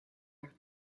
are